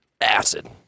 acid